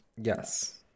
Yes